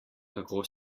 kako